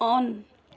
on